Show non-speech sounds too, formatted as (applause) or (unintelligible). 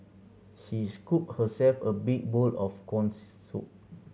she scooped herself a big bowl of corn (unintelligible) soup